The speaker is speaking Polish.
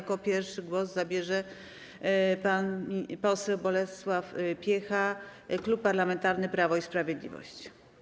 Jako pierwszy głos zabierze pan poseł Bolesław Piecha, Klub Parlamentarny Prawo i Sprawiedliwość.